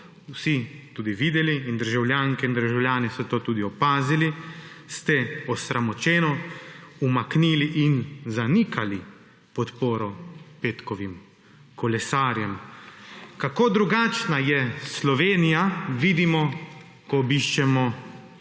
vsi tudi videli in državljanke in državljani so to tudi opazili, ste osramočeno umaknili in zanikali podporo petkovim kolesarjem. Kako drugačna je Slovenija, vidimo, ko obiščemo